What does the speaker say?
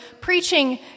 preaching